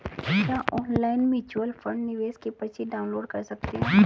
क्या online mutual fund निवेश की पर्ची डाउनलोड कर सकते हैं?